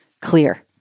clear